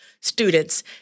students